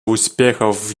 успехов